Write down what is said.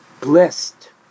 blessed